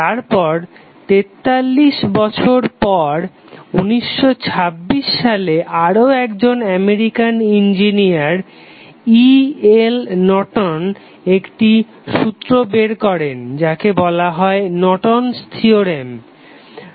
তারপর 43 বছর পর 1926 সালে আরও একজন American engineer E L Norton একটি সূত্র বের করেন যাকে বলা হয় নর্টন'স থিওরেম Nortons Theorem